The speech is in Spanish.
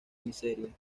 miseria